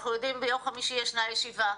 אנחנו יודעים שביום חמישי ישנה ישיבה.